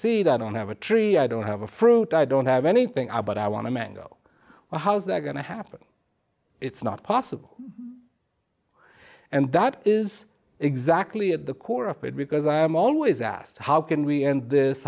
seed i don't have a tree i don't have a fruit i don't have anything about i want to mango or how's that going to happen it's not possible and that is exactly at the core of it because i am always asked how can we end this